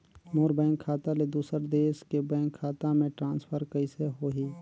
मोर bank खाता ले दुसर देश के बैंक खाता मे ट्रांसफर कइसे होही?